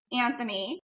Anthony